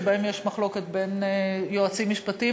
שבהם יש מחלוקת בין יועצים משפטיים,